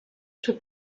sue